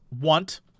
want